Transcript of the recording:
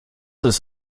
ist